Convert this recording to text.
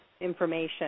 information